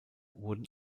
wurden